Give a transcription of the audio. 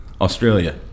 Australia